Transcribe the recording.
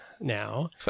now